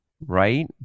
right